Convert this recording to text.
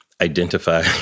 identify